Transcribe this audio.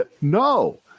No